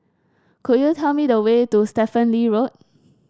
could you tell me the way to Stephen Lee Road